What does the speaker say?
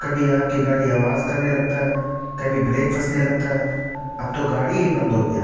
کبھی آپ کی گاڑی آواز کرنے لگتا ہے کبھی بریک پھسنے لگتا ہے اب تو گاڑی ہی بند ہو گیا